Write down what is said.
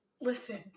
Listen